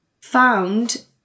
found